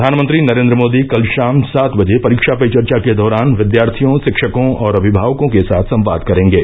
प्रधानमंत्री नरेन्द्र मोदी कल शाम सात बजे परीक्षा पे चर्चा के दौरान विद्यार्थियों शिक्षकों और अभिभावकों के साथ संवाद करेंगे